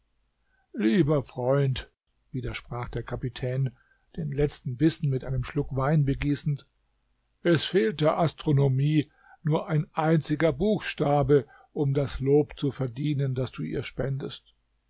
lieber freund widersprach der kapitän den letzten bissen mit einem schluck wein begießend es fehlt der astronomie nur ein einziger buchstabe um das lob zu verdienen das du ihr spendest